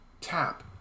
tap